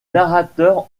narrateur